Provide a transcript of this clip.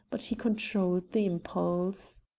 but he controlled the impulse.